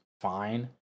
fine